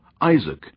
Isaac